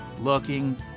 looking